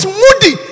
moody